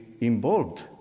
involved